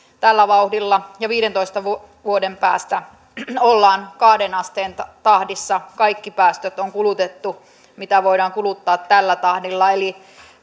tällä vauhdilla ja viidentoista vuoden vuoden päästä ollaan kahteen asteen tahdissa kaikki päästöt on kulutettu mitä voidaan kuluttaa tällä tahdilla eli